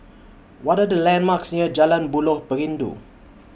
What Are The landmarks near Jalan Buloh Perindu